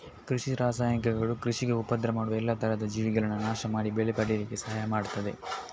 ಕೃಷಿ ರಾಸಾಯನಿಕಗಳು ಕೃಷಿಗೆ ಉಪದ್ರ ಮಾಡುವ ಎಲ್ಲಾ ತರದ ಜೀವಿಗಳನ್ನ ನಾಶ ಮಾಡಿ ಬೆಳೆ ಪಡೀಲಿಕ್ಕೆ ಸಹಾಯ ಮಾಡ್ತದೆ